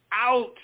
out